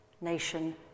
nation